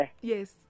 Yes